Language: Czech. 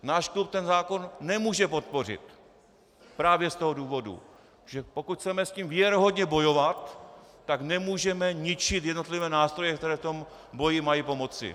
Náš klub ten zákon nemůže podpořit právě z toho důvodu, že pokud chceme s tím věrohodně bojovat, tak nemůžeme ničit jednotlivé nástroje, které v tom boji mají pomoci.